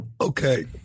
Okay